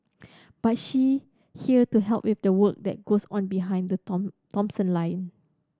but she here to help with the work that goes on behind the Tom Thomson line